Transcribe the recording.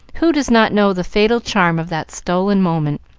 who does not know the fatal charm of that stolen moment